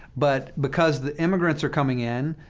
but because the immigrants are coming in